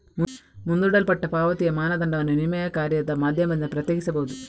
ಮುಂದೂಡಲ್ಪಟ್ಟ ಪಾವತಿಯ ಮಾನದಂಡವನ್ನು ವಿನಿಮಯ ಕಾರ್ಯದ ಮಾಧ್ಯಮದಿಂದ ಪ್ರತ್ಯೇಕಿಸಬಹುದು